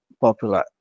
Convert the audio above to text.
popular